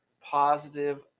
positive